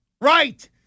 Right